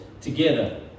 together